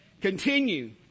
continue